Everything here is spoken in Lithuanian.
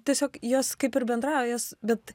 tiesiog jos kaip ir bendrauja jos bet